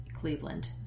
Cleveland